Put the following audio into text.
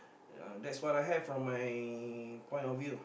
uh that's what I have from my point of view